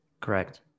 Correct